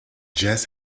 just